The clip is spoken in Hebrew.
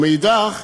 ומאידך,